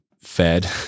fed